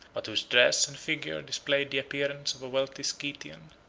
but whose dress and figure displayed the appearance of a wealthy scythian.